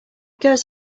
goes